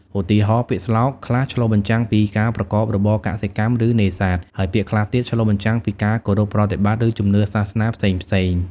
ឧទាហរណ៍ ពាក្យស្លោកខ្លះឆ្លុះបញ្ចាំងពីការប្រកបរបរកសិកម្ម ឬនេសាទ ហើយពាក្យខ្លះទៀតឆ្លុះបញ្ចាំងពីការគោរពប្រតិបត្តិ ឬជំនឿសាសនាផ្សេងៗ។